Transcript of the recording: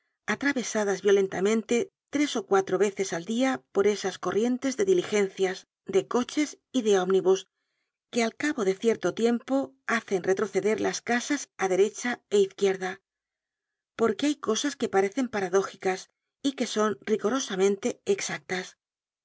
atravesadas violentamente tres ó cuatro veces al dia por esas corrientes de diligencias de coches y de ómnibus que al cabo de cierto tiempo hacen retroceder las casas á derecha é izquierda porque hay cosas que parecen paradójicas y que son rigorosamente exactas